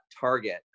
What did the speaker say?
target